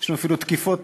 יש לנו אפילו תקיפות,